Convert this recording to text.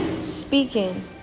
speaking